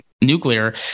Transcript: nuclear